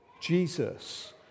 Jesus